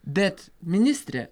bet ministre